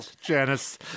Janice